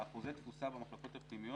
באחוזי התפוסה במחלקות הפנימיות,